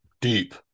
deep